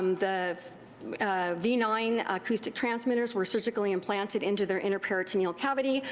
the v nine acoustic transmitters were surgically implanted into their inner peritoneal cavity.